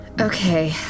Okay